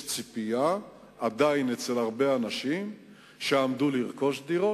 עדיין יש ציפייה אצל הרבה אנשים שעמדו לרכוש דירות,